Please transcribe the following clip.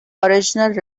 original